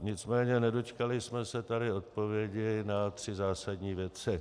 Nicméně nedočkali jsme se tady odpovědi na tři zásadní věci.